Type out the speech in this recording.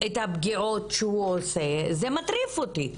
את הפגיעות שהוא עושה, זה מטריף אותי.